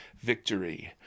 victory